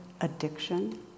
addiction